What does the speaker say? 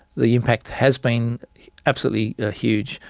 the impact has been absolutely ah huge.